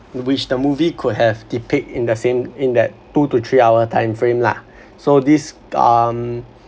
which the movie could have depict in the same in that two to three hour timeframe lah so this um